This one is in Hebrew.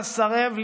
ואסרב,